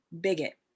bigot